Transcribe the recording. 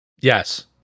Yes